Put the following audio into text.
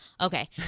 okay